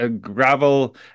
gravel